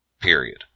period